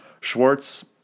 Schwartz